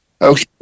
Okay